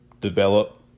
develop